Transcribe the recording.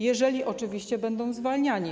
jeżeli oczywiście będą zwalniani.